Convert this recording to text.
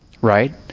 right